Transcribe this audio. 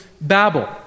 Babel